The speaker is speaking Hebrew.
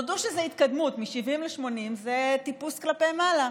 תודו שזה התקדמות, מ-70 ל-80 זה טיפוס כלפי מעלה.